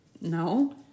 No